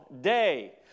day